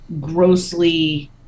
grossly